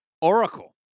Oracle